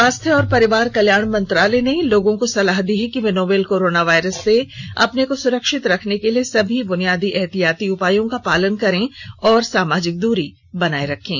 स्वास्थ्य और परिवार कल्याण मंत्रालय ने लोगों को सलाह दी है कि वे नोवल कोरोना वायरस से अपने को सुरक्षित रखने के लिए सभी बुनियादी एहतियाती उपायों का पालन करें और सामाजिक दूरी बनाए रखें